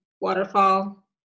waterfall